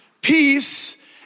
peace